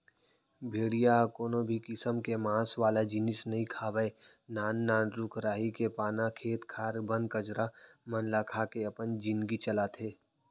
भेड़िया ह कोनो भी किसम के मांस वाला जिनिस नइ खावय नान नान रूख राई के पाना, खेत खार के बन कचरा मन ल खा के अपन जिनगी चलाथे